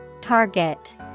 Target